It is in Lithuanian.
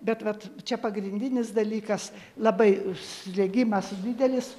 bet vat čia pagrindinis dalykas labai slėgimas didelis